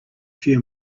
few